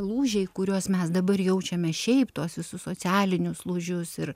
lūžiai kuriuos mes dabar jaučiame šiaip tuos visus socialinius lūžius ir